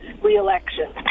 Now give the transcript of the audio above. reelection